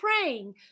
praying